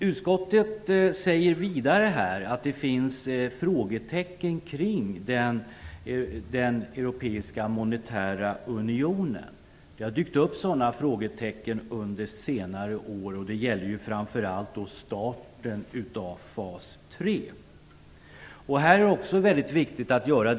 Utskottet säger vidare att det finns frågetecken kring den europeiska monetära unionen. Det har dykt upp sådana frågetecken under senare år. Det gäller framför allt starten av fas 3.